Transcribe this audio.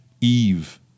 Eve